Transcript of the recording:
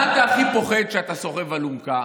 ממה אתה הכי פוחד כשאתה סוחב אלונקה?